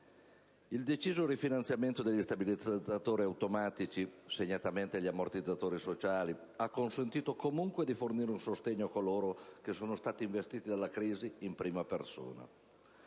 Il deciso rifinanziamento degli stabilizzatori automatici, segnatamente degli ammortizzatori sociali, ha consentito comunque di fornire un sostegno a coloro che sono stati investiti dalla crisi in prima persona.